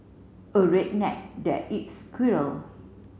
a redneck that eats squirrel